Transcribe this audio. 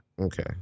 Okay